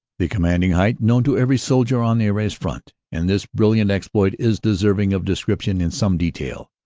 the commanding height known to every soldier on the arras front, and this brilliant exploit is deserving of descri p tion in some detail.